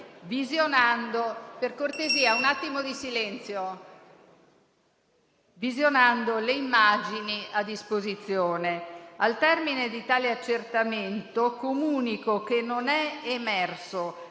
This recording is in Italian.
visionando le immagini a disposizione. Al termine di tale accertamento comunico che non è emerso